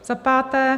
Za páté.